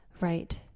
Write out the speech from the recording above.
Right